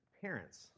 parents